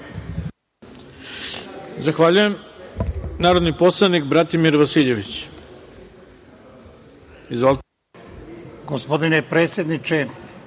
Zahvaljujem. Narodni poslanik, Bratimir Vasiljević.